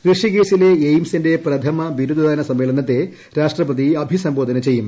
ഋഷികേശിലെ എയിംസിന്റെ പ്രഥമ ബിരുദദാന സമ്മേളനത്തെ രാഷ്ട്രപതി അഭിസംബോധന ചെയ്യും